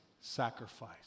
sacrifice